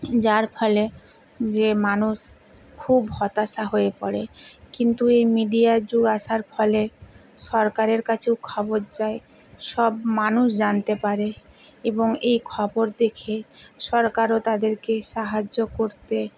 যার ফলে যে মানুষ খুব হতাশা হয়ে পড়ে কিন্তু এই মিডিয়ার যুগ আসার ফলে সরকারের কাছেও খবর যায় সব মানুষ জানতে পারে এবং এই খবর দেখে সরকারও তাদেরকে সাহায্য করতে